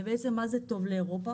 ובעצם מה זה טוב לאירופה?